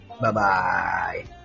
Bye-bye